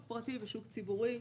שוק פרטי ושוק ציבורי.